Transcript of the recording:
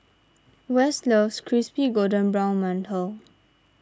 Wess loves Crispy Golden Brown Mantou